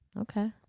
Okay